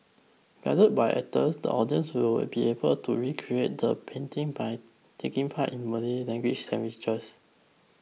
guided by actors the audience will be able to recreate the painting by taking part in money language